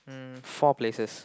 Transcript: um four places